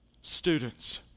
Students